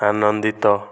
ଆନନ୍ଦିତ